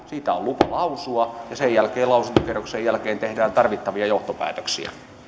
siitä on lupa lausua ja lausuntokierroksen jälkeen tehdään tarvittavia johtopäätöksiä